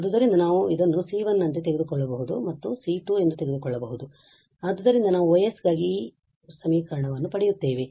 ಆದ್ದರಿಂದ ನಾವು ಅದನ್ನು C1 ನಂತೆ ತೆಗೆದುಕೊಳ್ಳಬಹುದು ಮತ್ತು ನಾವು ಇದನ್ನುC2 ಎಂದು ತೆಗೆದುಕೊಳ್ಳಬಹುದು ಆದ್ದರಿಂದ ನಾವು Y ಗಾಗಿ ಈ ಅಭಿವ್ಯಕ್ತಿಯನ್ನು ಪಡೆಯುತ್ತೇವೆ